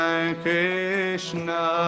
Krishna